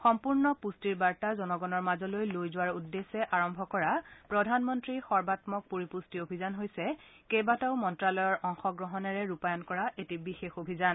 সম্পূৰ্ণ পুষ্টিৰবাৰ্তা জনগণৰ মাজলৈ লৈ যোৱাৰ উদ্দেশ্যে আৰম্ভ কৰা প্ৰধানমন্ত্ৰী সৰ্বামক পৰিপুষ্টি অভিযান হৈছে কেইবাটাও মন্ত্ৰালয়ৰ অংশগ্ৰহণেৰে ৰূপায়ণ কৰা এক বিশেষ অভিযান